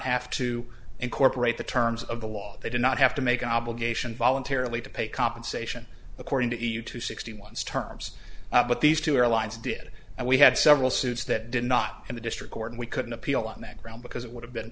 have to incorporate the terms of the law they did not have to make an obligation voluntarily to pay compensation according to e u two sixty one's terms but these two airlines did and we had several suits that did not in the district court and we couldn't appeal on that ground because it would have been